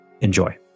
Enjoy